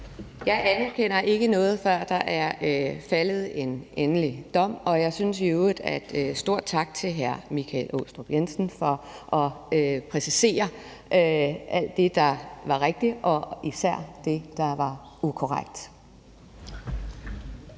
Jeg anerkender ikke noget, før der er faldet en endelig dom. Og jeg synes, jeg vil sige en stor tak til hr. Michael Aastrup Jensen for at præcisere alt det, der var rigtigt, og især det, der var ukorrekt.